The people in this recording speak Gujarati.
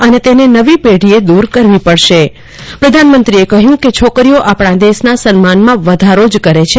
અને તેને નવી પેઢીએ દૂર કરવી પડશે પ્રધાનમંત્રીએ કહ્યું કે છોકરીઓ આપણા દેશના સન્માનમાં વધારો જ કરે છે